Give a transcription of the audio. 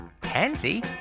pansy